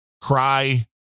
cry